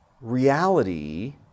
reality